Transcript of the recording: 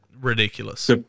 ridiculous